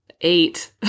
eight